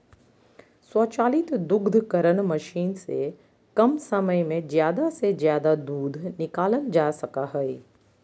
स्वचालित दुग्धकरण मशीन से कम समय में ज़्यादा से ज़्यादा दूध निकालल जा सका हइ